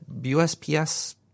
USPS